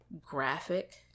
graphic